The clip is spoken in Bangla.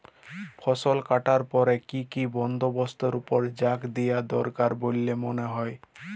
ফসলকাটার পরে কি কি বন্দবস্তের উপর জাঁক দিয়া দরকার বল্যে মনে হয়?